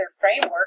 framework